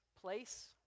place